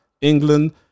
England